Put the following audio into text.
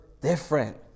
different